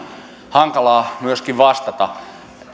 hankalaa myöskin vastata